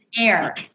air